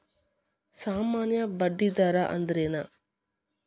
ಸಾಮಾನ್ಯ ಬಡ್ಡಿ ದರ ಅಂದ್ರೇನ?